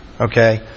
Okay